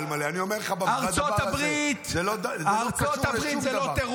ארצות הברית זה לא תירוץ.